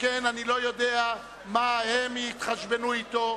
שכן אני לא יודע מה הם יתחשבנו אתו.